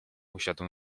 usiadł